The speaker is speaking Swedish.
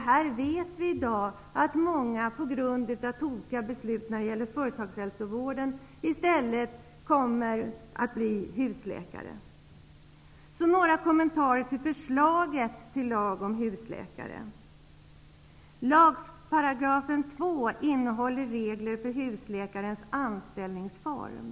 Vi vet i dag att många till följd av tokiga beslut när det gäller företagshälsovården i stället kommer att bli husläkare. Så vill jag göra några kommentarer till förslaget till lag om husläkare. Lagparagrafen 2 innehåller regler för husläkarnas anställningsform.